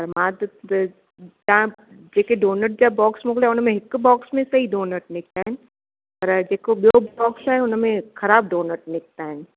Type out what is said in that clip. पर मां त त तव्हां जेके डोनट्स जा बॉक्स मोकिलिया उन में हिक बॉक्स में सही डोनट निकिता आहिनि पर जेको ॿियो बॉक्स आहे उन में ख़राबु डोनट निकिता आहिनि